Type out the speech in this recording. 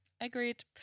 agreed